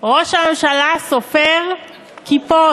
ראש הממשלה סופר כיפות,